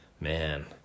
Man